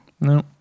no